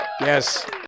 Yes